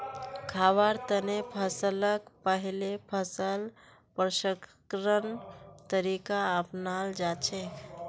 खाबार तने फसलक पहिले फसल प्रसंस्करण तरीका अपनाल जाछेक